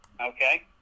okay